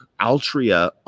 altria